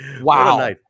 Wow